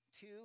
Two